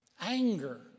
Anger